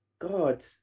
God